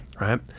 Right